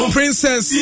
Princess